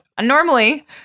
normally